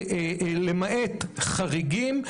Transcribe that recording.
למעט חריגים,